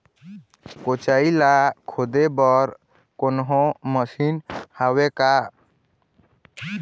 कोचई ला खोदे बर कोन्हो मशीन हावे का?